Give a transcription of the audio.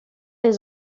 les